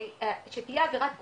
כשתהיה עבירת גרומינג,